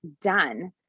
done